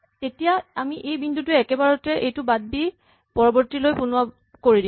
তেতিয়া আমি এই বিন্দুটোৱে একেবাৰতে এইটো বাদ দি পৰৱৰ্তীটোলৈ পোনোৱা কৰি দিম